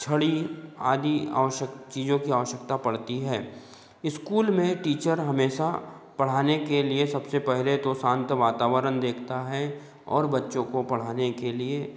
छड़ी आदि आवश्यक चीज़ों की आवश्यकता पड़ती है स्कूल में टीचर हमेशा पढ़ाने के लिए सबसे पहले तो शांत वातावरण देखता है और बच्चों को पढ़ाने के लिए